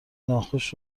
ناخوش